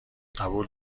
قبول